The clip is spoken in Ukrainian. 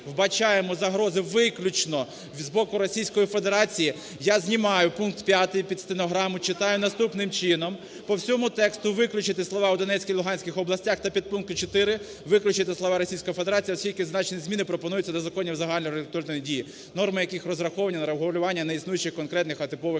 вбачаємо загрози виключно з боку Російської Федерації, я знімаю пункт 5, під стенограму читаю, наступним чином, по всьому тексту виключити слова "у Донецькій і Луганській областях" та в підпункті 4 виключити слова "Російська Федерація", оскільки зазначені зміни пропонуються до законів загальної регуляторної дії, норми яких розраховані на регулювання не існуючих, конкретних, а типових